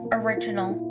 original